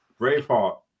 Braveheart